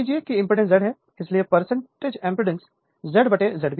माननीय की impedance Z है इसलिए एज इंपेडेंस ZZ B होगी